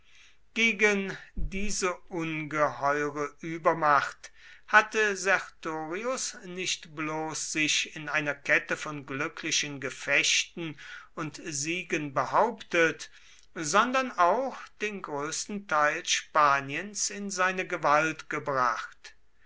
gegen diese ungeheure übermacht hatte sertorius nicht bloß sich in einer kette von glücklichen gefechten und siegen behauptet sondern auch den größten teil spaniens in seine gewalt gebracht